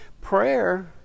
Prayer